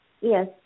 Yes